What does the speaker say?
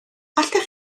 allech